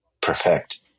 perfect